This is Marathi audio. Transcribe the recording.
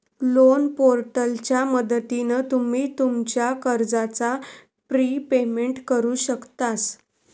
लोन पोर्टलच्या मदतीन तुम्ही तुमच्या कर्जाचा प्रिपेमेंट करु शकतास